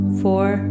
four